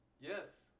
Yes